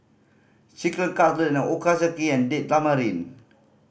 Chicken Cutlet Ochazuke and Date Tamarind